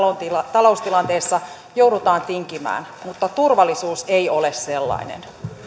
taloustilanteessa joudutaan tinkimään mutta turvallisuus ei ole sellainen